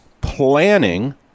planning